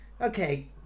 okay